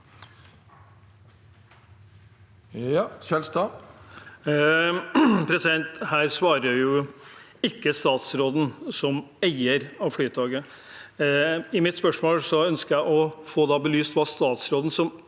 Her svarer ikke statsråden som eier av Flytoget. I mitt spørsmål ønsket jeg å få belyst hva statsråden som eier av Flytoget